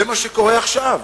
זה מה שקורה עכשיו.